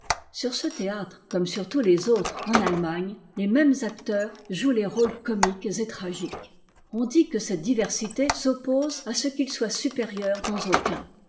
sur ce théâtre comme sur tous les autres en allemagne les mêmes acteurs jouent les rôles comiques et tragiques on dit que cette diversité s'oppose à ce qu'ils soient supérieurs dans aucun